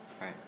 right